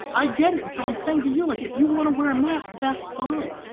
i get it. and so i'm saying to you, like, if you want to wear a mask, that's fine.